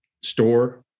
store